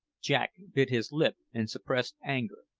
jack bit his lip in suppressed anger.